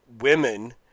women